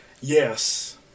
yes